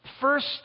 First